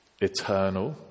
eternal